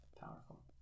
powerful